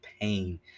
pain